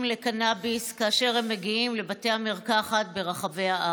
לקנביס כאשר הם מגיעים לבתי המרקחת ברחבי הארץ.